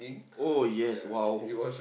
oh yes !wow!